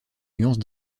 nuance